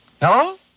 Hello